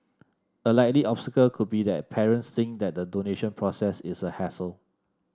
a likely obstacle could be that parents think that the donation process is a hassle